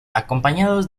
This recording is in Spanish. acompañados